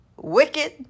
wicked